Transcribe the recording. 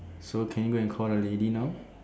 so can you go and call the lady now